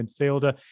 midfielder